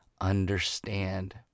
understand